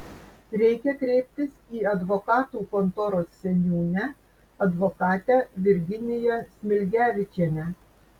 reikia kreiptis į advokatų kontoros seniūnę advokatę virginiją smilgevičienę